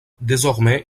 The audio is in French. désormais